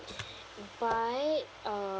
but